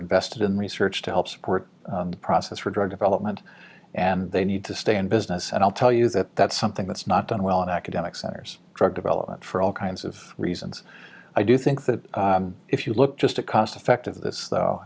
invested in research to help support the process for drug development and they need to stay in business and i'll tell you that that's something that's not done well in academic centers drug development for all kinds of reasons i do think that if you look just a cost effective this though